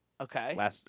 Okay